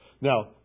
Now